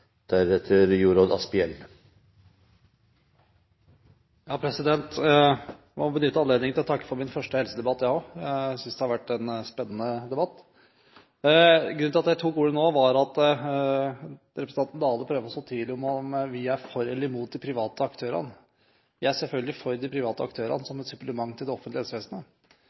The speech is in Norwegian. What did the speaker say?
benytte anledningen til å takke for min første helsedebatt. Jeg synes det har vært en spennende debatt. Grunnen til at jeg nå tok ordet, var at representanten Dale prøver å så tvil om vi er for eller imot de private aktørene. Vi er selvfølgelig for de private aktørene som et supplement til det offentlige helsevesenet.